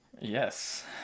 Yes